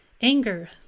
anger